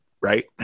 Right